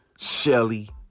Shelly